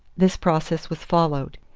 this process was followed.